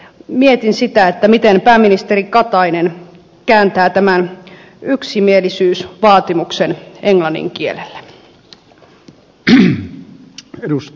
mietin sitä miten pääministeri katainen kääntää tämän yksimielisyysvaatimuksen englannin kielelle